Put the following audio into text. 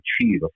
achieve